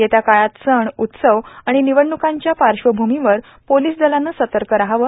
येत्या काळात सण उत्सव आणि निवडणुकांच्या पार्श्वभूमीवर पोलीस दलानं सतर्क रहावं